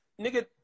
nigga